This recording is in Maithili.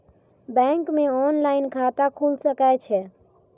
बैंक में ऑनलाईन खाता खुल सके छे?